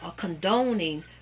condoning